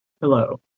Hello